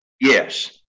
Yes